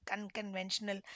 Unconventional